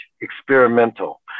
experimental